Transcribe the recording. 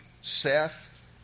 seth